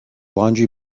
laundry